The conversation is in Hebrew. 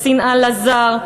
שנאה לזר,